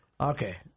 Okay